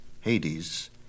Hades